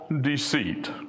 deceit